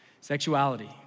Sexuality